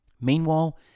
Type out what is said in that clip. Meanwhile